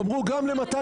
שאמרו גם למתן